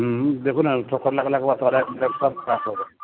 हुँ देखू ने ठोकर लगलाके बाद ओकरा ब्रेक व्रेक सभ खराब हो गेलै